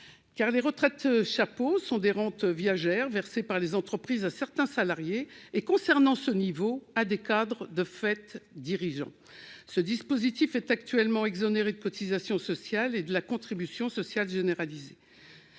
%. Les retraites chapeaux sont des rentes viagères versées par les entreprises à certains salariés, les sommes ciblées ici concernant plutôt des cadres dirigeants. Ce dispositif est actuellement exonéré de cotisations sociales et de la contribution sociale généralisée